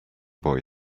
boy